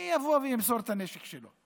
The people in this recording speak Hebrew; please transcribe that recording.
מי יבוא וימסור את הנשק שלו?